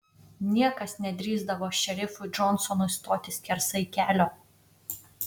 niekas nedrįsdavo šerifui džonsonui stoti skersai kelio